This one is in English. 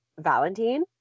Valentine